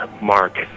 mark